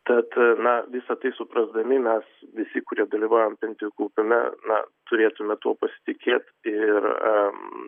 tad na visa tai suprasdami mes visi kurie dalyvaujam pensijų kaupime na turėtume tuo pasitikėt ir